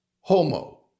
Homo